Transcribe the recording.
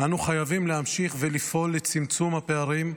אנו חייבים להמשיך ולפעול לצמצום הפערים,